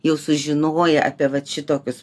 jau sužinoję apie vat šitokius